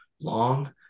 long